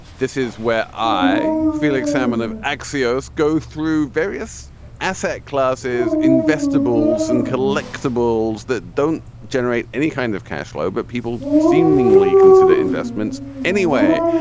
this is where i, felix salmon of axios, go through various asset classes in vestibules and collectibles that don't generate any kind of cash flow. but people seemingly consider investments anyway.